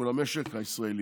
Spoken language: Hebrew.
ולמשק הישראלי,